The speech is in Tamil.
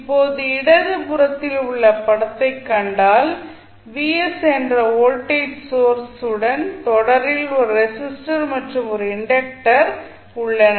இப்போது இடதுபுறத்தில் உள்ள படத்தை கண்டால் என்ற வோல்டேஜ் ஸோர்ஸ் உடன் தொடரில் ஒரு ரெஸிஸ்டர் மற்றும் ஒரு இன்டக்டர் உள்ளன